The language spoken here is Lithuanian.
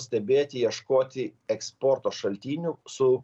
stebėti ieškoti eksporto šaltinių su